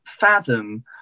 fathom